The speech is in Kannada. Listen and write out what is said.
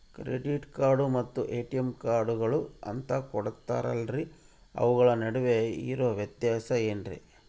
ಕ್ರೆಡಿಟ್ ಕಾರ್ಡ್ ಮತ್ತ ಎ.ಟಿ.ಎಂ ಕಾರ್ಡುಗಳು ಅಂತಾ ಕೊಡುತ್ತಾರಲ್ರಿ ಅವುಗಳ ನಡುವೆ ಇರೋ ವ್ಯತ್ಯಾಸ ಏನ್ರಿ?